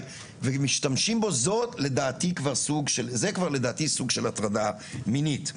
ומשתמשים בו זה כבר סוג של הטרדה מינית.